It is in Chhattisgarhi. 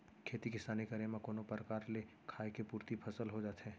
खेती किसानी करे म कोनो परकार ले खाय के पुरती फसल हो जाथे